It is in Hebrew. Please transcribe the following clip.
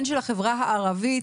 הן של החברה הערבית,